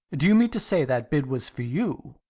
d'you mean to say that bid was for you?